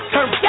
Turn